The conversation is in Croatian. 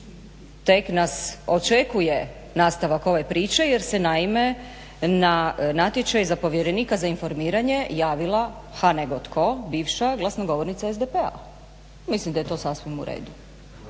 Tek nas očekuje nastavak ove priče jer se naime na natječaj za povjerenika za informiranje javila ha nego toko bivša glasnogovornica SDP-a. Mislim da je to sasvim u redu